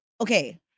okay